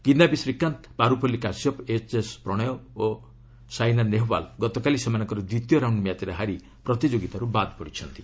Kidambi Srikanth Parupalli Kashyap HS Prannoy ଓ ନାଇନା ନେହୱାଲ୍ ଗତକାଲି ସେମାନଙ୍କର ଦ୍ୱିତୀୟ ରାଉଣ୍ଡ୍ ମ୍ୟାଚ୍ରେ ହାରି ପ୍ରତିଯୋଗିତାରୁ ବାଦ୍ ପଡ଼ିଛନ୍ତି